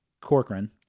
Corcoran